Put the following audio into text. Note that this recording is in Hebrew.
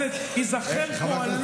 מה אתה צווח פה?